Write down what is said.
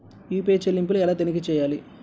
UPI చెల్లింపులు ఎలా తనిఖీ చేయాలి?